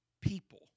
people